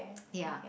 ya